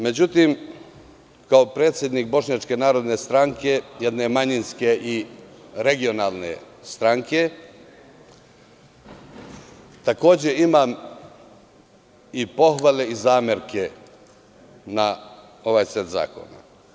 Međutim, kao predsednik Bošnjačke narodne stranke, jedne manjinske i regionalne stranke, takođe imam i pohvale i zamerke na ovaj set zakona.